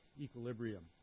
equilibrium